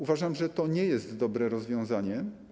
Uważam, że to nie jest dobre rozwiązanie.